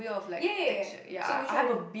!yay! so which one are you talk